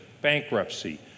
bankruptcy